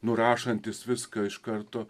nurašantis viską iš karto